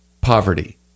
poverty